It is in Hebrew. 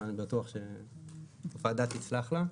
אבל אני בטוח שהוועדה תצלח אותה.